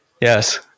Yes